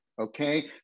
okay